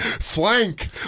Flank